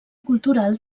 cultural